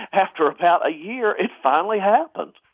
after about a year, it's finally happened